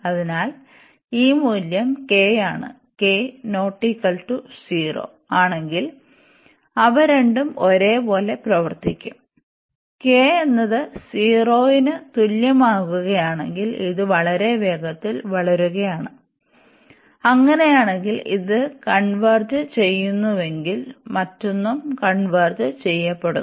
അതിനാൽ ഈ മൂല്യം k ആണ് ആണെങ്കിൽ അവ രണ്ടും ഒരേപോലെ പ്രവർത്തിക്കും k എന്നത് 0 ന് തുല്യമാകുകയാണെങ്കിൽ ഇത് വളരെ വേഗത്തിൽ വളരുകയാണ് അങ്ങനെയാണെങ്കിൽ ഇത് കൺവെർജ് ചെയ്യുന്നുവെങ്കിൽ മറ്റതുo കൺവെർജ് ചെയ്യപെടുന്നു